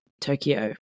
Tokyo